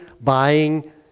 buying